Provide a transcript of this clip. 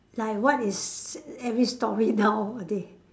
like what is every story nowadays